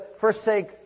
forsake